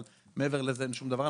אבל מעבר לזה אין שום דבר.